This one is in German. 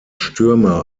stürme